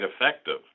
effective